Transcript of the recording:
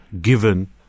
given